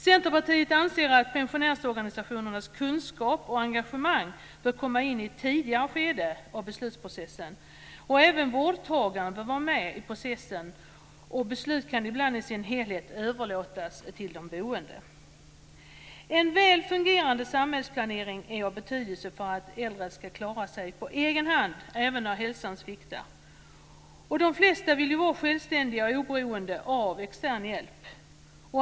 Centerpartiet anser att pensionärsorganisationernas kunskap och engagemang bör komma in i ett tidigare skede av beslutsprocessen. Även vårdtagarna bör vara med i processen. Beslut kan ibland i sin helhet överlåtas till de boende. En väl fungerande samhällsplanering är av betydelse för att äldre ska klara sig på egen hand även när hälsan sviktar. De flesta vill vara självständiga och oberoende av extern hjälp.